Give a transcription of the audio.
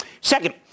Second